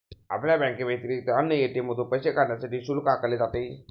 आपल्या बँकेव्यतिरिक्त अन्य ए.टी.एम मधून पैसे काढण्यासाठी शुल्क आकारले जाते